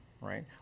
right